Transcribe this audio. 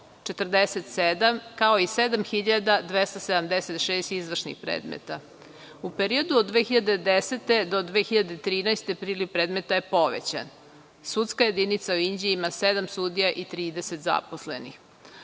1.147, kao i 7.276 izvršnih predmeta. U periodu od 2010. do 2013. godine priliv predmeta je povećan. Sudska jedinica u Inđiji ima sedam sudija i 30 zaposlenih. Inače,